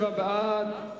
47 בעד,